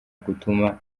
gutuma